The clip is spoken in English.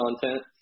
content